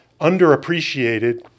underappreciated